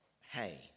hey